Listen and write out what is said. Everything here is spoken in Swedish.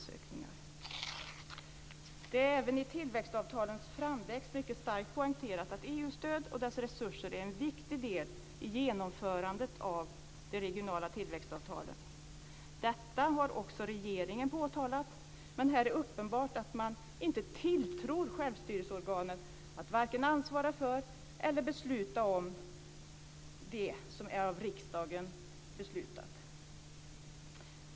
Det är även i samband med tillväxtavtalens framväxt mycket starkt poängterat att de resurser EU stödet ger är en viktig del i genomförandet av de regionala tillväxtavtalen. Detta har också regeringen påtalat. Men det är uppenbart att man inte tilltror självstyrelseorganen att vare sig ansvara för eller besluta om det som är bestämt av riksdagen.